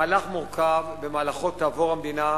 מהלך מורכב, שבמהלכו תעבור המדינה,